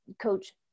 coach